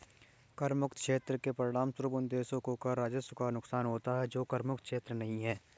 कर मुक्त क्षेत्र के परिणामस्वरूप उन देशों को कर राजस्व का नुकसान होता है जो कर मुक्त क्षेत्र नहीं हैं